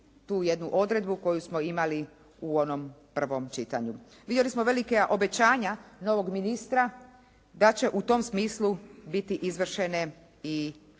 tu jednu odredbu koju smo imali u onom prvom čitanju. Vidjeli smo velika obećanja novog ministra da će u tom smislu biti izvršene i određene